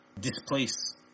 displace